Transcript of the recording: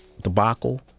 debacle